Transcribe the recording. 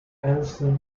anniston